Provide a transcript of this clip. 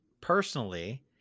personally